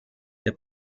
der